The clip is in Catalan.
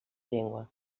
llengua